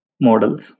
models